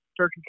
turkey